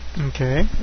Okay